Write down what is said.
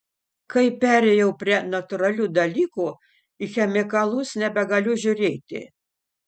kai perėjau prie natūralių dalykų į chemikalus nebegaliu žiūrėti